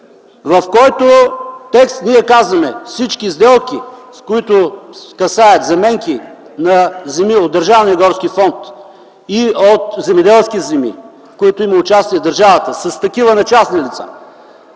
в който текст казваме: „Всички сделки, които касаят заменки на земи от държавния горски фонд и земеделски земи, в които има участие държавата с такива на частни лица,